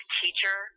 teacher